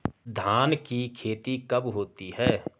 धान की खेती कब होती है?